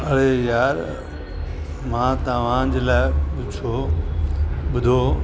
अरे यार मां तव्हांजे लाइ कुझु उहो ॿुधो